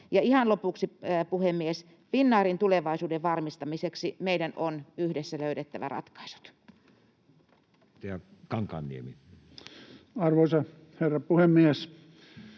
ihan lopuksi, puhemies: Finnairin tulevaisuuden varmistamiseksi meidän on yhdessä löydettävä ratkaisut. [Speech 36] Speaker: